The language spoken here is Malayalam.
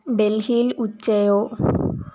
ഡൽഹിയിൽ ഉച്ചയോ